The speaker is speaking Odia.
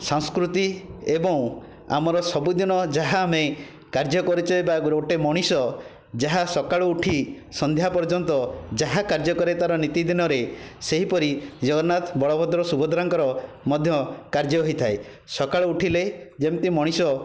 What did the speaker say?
ସଂସ୍କୃତି ଏବଂ ଆମର ସବୁଦିନ ଯାହା ଆମେ କାର୍ଯ୍ୟ କରୁଛେ ବା ଗୋଟିଏ ମଣିଷ ଯାହା ସକାଳୁ ଉଠି ସନ୍ଧ୍ୟା ପର୍ଯ୍ୟନ୍ତ ଯାହା କାର୍ଯ୍ୟ କରେ ତାର ନୀତିଦିନରେ ସେହିପରି ଜଗନ୍ନାଥ ବଳଭଦ୍ର ସୁଭଦ୍ରାଙ୍କର ମଧ୍ୟ କାର୍ଯ୍ୟ ହୋଇଥାଏ ସକାଳୁ ଉଠିଲେ ଯେମିତି ମଣିଷ